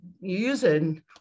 using